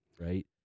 right